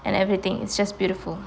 and everything it's just beautiful